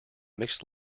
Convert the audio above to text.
mixed